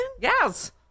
Yes